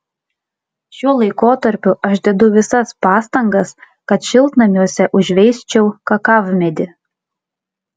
šiuo laikotarpiu aš dedu visas pastangas kad šiltnamiuose užveisčiau kakavmedį